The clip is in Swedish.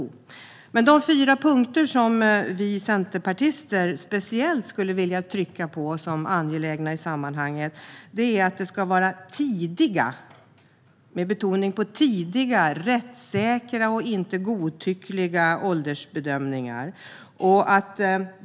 Den första av de fyra punkter som vi centerpartister speciellt skulle vilja trycka på som angelägna i sammanhanget är att det ska vara tidiga , rättssäkra och inte godtyckliga åldersbedömningar.